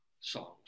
songs